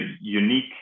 unique